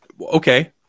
okay